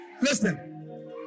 Listen